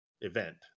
event